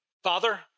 Father